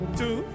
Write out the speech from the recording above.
two